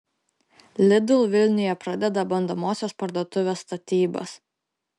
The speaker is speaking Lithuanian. lidl vilniuje pradeda bandomosios parduotuvės statybas